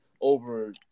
over